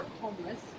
homeless